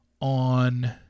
on